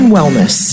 Wellness